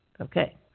Okay